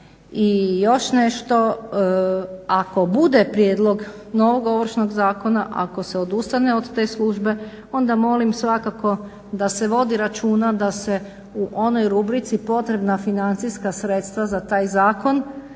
I još nešto, ako bude prijedlog novog Ovršnog zakona, ako se odustane od te službe onda molim svakako da se vodi računa da se u onoj rubrici potrebna financijska sredstva za taj zakon